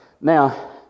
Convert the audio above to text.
Now